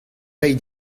reiñ